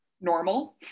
Normal